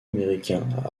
américain